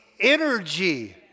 energy